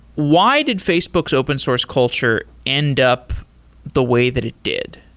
why did facebook's open source culture end up the way that it did?